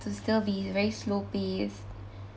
to still be very slow pace